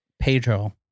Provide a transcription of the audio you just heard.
Pedro